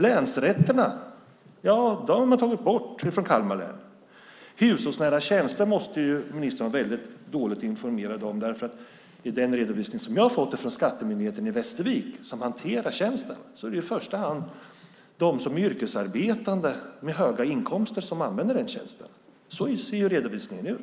Länsrätten har man tagit bort i Kalmar län. De hushållsnära tjänsterna måste ministern vara väldigt dåligt informerad om, därför att i den redovisning som jag har fått från Skattemyndigheten i Västervik, som hanterar tjänsten, är det i första hand de yrkesarbetande med höga inkomster som använder den tjänsten. Så ser redovisningen ut.